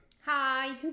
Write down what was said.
Hi